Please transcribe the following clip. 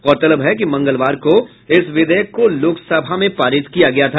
गौरतलब है कि मंगलवार को इस विधेयक को लोकसभा में पारित किया गया था